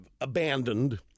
abandoned